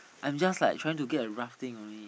I'm just like trying to get a rough thing only